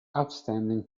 outstanding